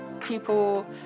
people